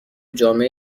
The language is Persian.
جامعه